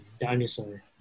dinosaur